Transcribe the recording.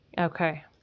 Okay